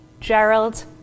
Gerald